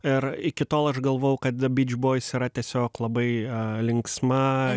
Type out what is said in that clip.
ir iki tol aš galvojau kad de byč bois yra tiesiog labai linksma